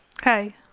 Hi